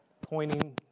pointing